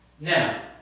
Now